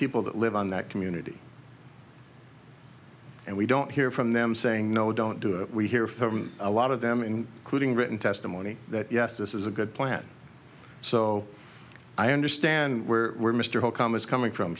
people that live on that community and we don't hear from them saying no don't do it we hear from a lot of them in clued in written testimony that yes this is a good plan so i understand where we're mr holcombe is coming from